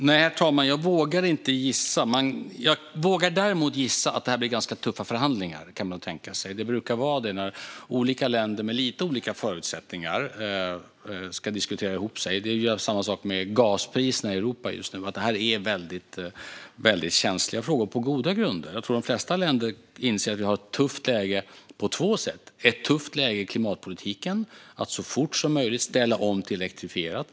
Herr talman! Nej, jag vågar inte gissa. Jag vågar däremot gissa att det blir ganska tuffa förhandlingar. Det brukar vara det när olika länder med lite olika förutsättningar ska diskutera ihop sig. Det är samma sak med gaspriserna i Europa just nu. Det här är väldigt känsliga frågor, på goda grunder. Jag tror att de flesta länder inser att vi har ett tufft läge på två sätt. Vi har ett tufft läge i klimatpolitiken, där vi så fort som möjligt ska ställa om till elektrifierat.